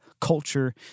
Culture